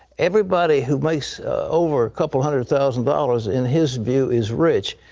everybody who makes over a couple hundred thousand dollars in his view is rich.